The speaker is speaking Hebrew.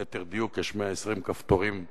ליתר דיוק, יש 120 כפתורים אדומים,